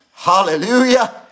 Hallelujah